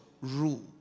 rule